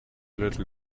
little